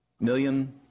Million